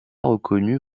reconnue